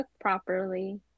properly